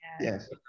yes